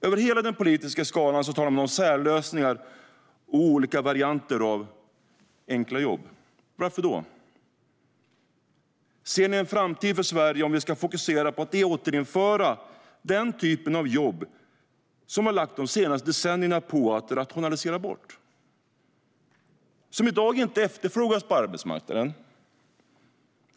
Över hela den politiska skalan talar man om särlösningar och olika varianter av enkla jobb. Varför då? Ser ni en framtid för Sverige om vi ska fokusera på att återinföra den typen av jobb som vi har lagt de senaste decennierna på att rationalisera bort och som i dag inte efterfrågas på arbetsmarknaden?